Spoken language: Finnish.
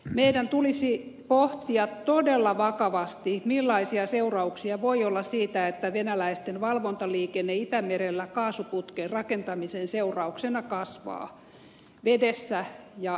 meidän tulisi pohtia todella vakavasti millaisia seurauksia voi olla siitä että venäläisten valvontaliikenne itämerellä kaasuputken rakentamisen seurauksena kasvaa vedessä ja veden päällä